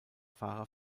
fahrer